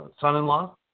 Son-in-Law